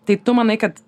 tai tu manai kad